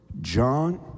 John